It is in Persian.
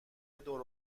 دور